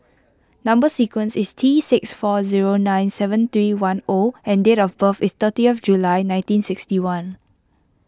Number Sequence is T six four zero nine seven three one O and date of birth is thirtieth July nineteen sixty one